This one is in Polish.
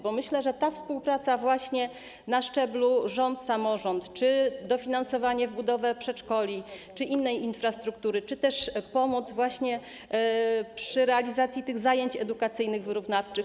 Bo myślę, że ta współpraca właśnie na szczeblu rząd - samorząd czy dofinansowanie budowy przedszkoli czy innej infrastruktury, czy też pomoc właśnie przy realizacji tych zajęć edukacyjnych wyrównawczych.